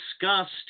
discussed